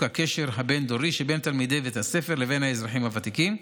הקשר הבין-דורי שבין תלמידי בית הספר לבין האזרחים הוותיקים.